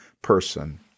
person